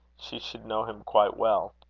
she should know him quite well.